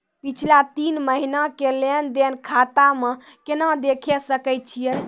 पिछला तीन महिना के लेंन देंन खाता मे केना देखे सकय छियै?